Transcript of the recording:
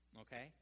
okay